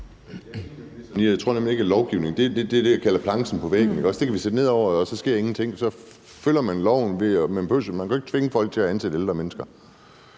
jeg tror nemlig ikke, at det er med lovgivning. Det er det, jeg kalder planchen på væggen. Det kan vi sætte ned over det, og så sker der ingenting. Man kan jo ikke tvinge folk til at ansætte ældre mennesker.